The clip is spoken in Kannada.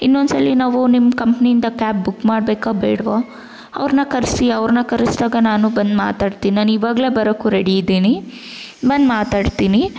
ಇನ್ನೊಂದ್ಸಲ ನಾವು ನಿಮ್ಮ ಕಂಪನಿಯಿಂದ ಕ್ಯಾಬ್ ಬುಕ್ ಮಾಡ್ಬೇಕೋ ಬೇಡ್ವೊ ಅವ್ರನ್ನ ಕರ್ಸಿ ಅವ್ರನ್ನ ಕರೆಸಿದಾಗ ನಾನು ಬಂದು ಮಾತಾಡ್ತೀನಿ ನಾನು ಇವಾಗಲೇ ಬರೋಕೂ ರೆಡಿ ಇದ್ದೀನಿ ಬಂದು ಮಾತಾಡ್ತೀನಿ